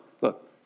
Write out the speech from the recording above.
look